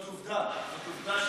זאת עובדה שהיא דמוקרטית.